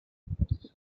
but